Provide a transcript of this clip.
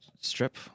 strip